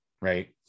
right